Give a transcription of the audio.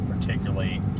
particularly